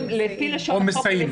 לפי לשון החוק הם מסייעים.